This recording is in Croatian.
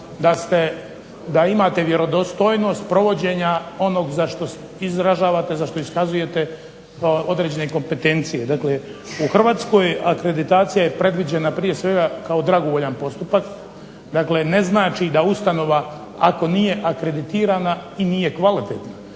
da imate vjerodostojnost provođenja onog za što izražavate, za što iskazujete određene kompetencije. Dakle, u Hrvatskoj akreditacija je predviđena prije svega kao dragovoljan postupak. Dakle, ne znači da ustanova ako nije akreditirana i nije kvalitetna.